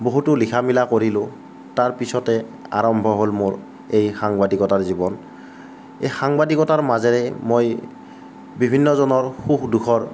বহুতো লিখা মেলা কৰিলোঁ তাৰ পিছতে আৰম্ভ হ'ল মোৰ এই সাংবাদিকতা জীৱন এই সাংবাদিকতাৰ মাজেৰে মই বিভিন্নজনৰ সুখ দুখৰ